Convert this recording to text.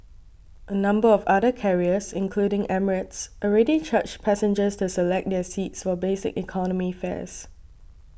a number of other carriers including Emirates already charge passengers to select their seats for basic economy fares